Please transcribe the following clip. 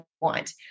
want